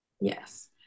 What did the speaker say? Yes